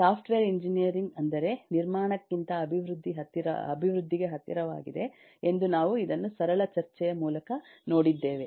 software engineering ಅಂದರೆ ನಿರ್ಮಾಣಕ್ಕಿಂತ ಅಭಿವೃದ್ಧಿಗೆ ಹತ್ತಿರವಾಗಿದೆ ಎಂದು ನಾವು ಇದನ್ನು ಸರಳ ಚರ್ಚೆಯ ಮೂಲಕ ನೋಡಿದ್ದೇವೆ